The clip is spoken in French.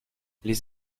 les